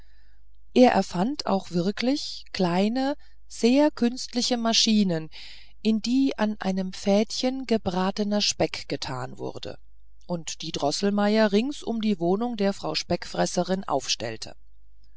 er erfand auch wirklich kleine sehr künstliche maschinen in die an einem fädchen gebratener speck getan wurde und die droßelmeier rings um die wohnung der frau speckfresserin aufstellte